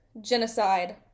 genocide